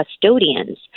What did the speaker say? custodians